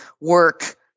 work